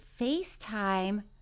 FaceTime